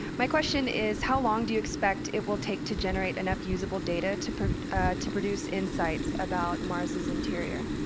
my question is, how long do you expect it will take to generate enough usable data to to produce insights about mars's interior?